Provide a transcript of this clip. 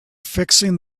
fixing